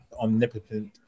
Omnipotent